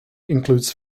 includes